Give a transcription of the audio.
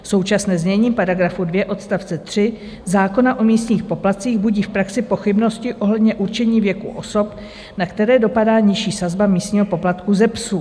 Současné znění § 2 odst. 3 zákona o místních poplatcích budí v praxi pochybnosti ohledně určení věku osob, na které dopadá nižší sazba místního poplatku ze psů.